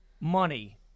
money